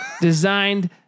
Designed